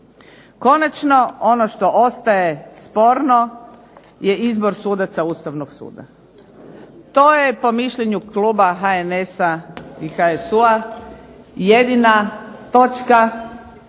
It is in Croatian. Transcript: Konačno, ono što ostaje sporno je izbor sudaca Ustavnog suda. To je po mišljenju kluba HNS-a i HSU-a jedina točka